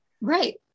Right